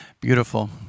Beautiful